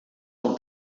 del